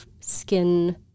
skin